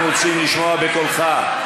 אנחנו רוצים לשמוע בקולך,